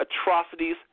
atrocities